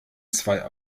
zwei